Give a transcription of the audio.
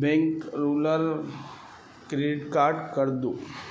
bank rural credit card کر دو